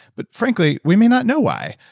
but frankly we may not know why,